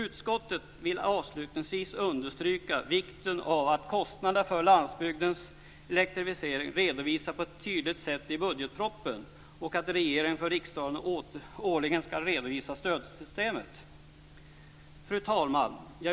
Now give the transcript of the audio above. Utskottet vill avslutningsvis understryka vikten av att kostnaderna för landsbygdens elektrifiering redovisas på ett tydligt sätt i budgetpropositionen och att regeringen för riksdagen årligen ska redovisa stödprogrammet.